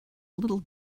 little